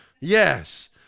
Yes